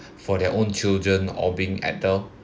for their own children or being